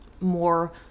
more